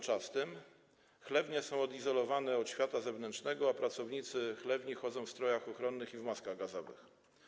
Chlewnie są odizolowane od świata zewnętrznego, a pracownicy chlewni chodzą w strojach ochronnych i w maskach gazowych.